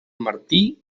martí